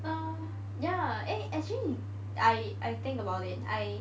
uh ya eh actually I I think about it I